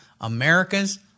America's